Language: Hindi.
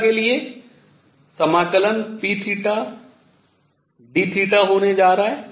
p के लिए समाकलन pdθ होने जा रहा है